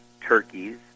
turkeys